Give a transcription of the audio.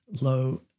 low